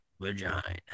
vagina